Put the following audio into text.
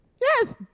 Yes